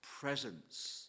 presence